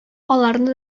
аларны